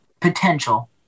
potential